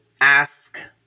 ask